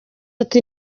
ati